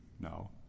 No